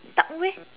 duck with